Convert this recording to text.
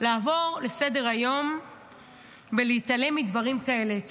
לעבור לסדר-היום ולהתעלם מדברים כאלה.